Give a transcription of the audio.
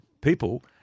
people